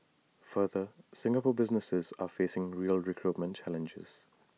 further Singaporean businesses are facing real recruitment challenges